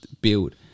build